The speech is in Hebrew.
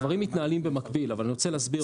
הדברים מתנהלים במקביל אבל אני רוצה להסביר.